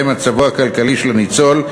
ובהם מצבו הכלכלי של הניצול.